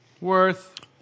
Worth